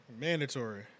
Mandatory